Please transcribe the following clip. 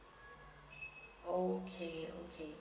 okay okay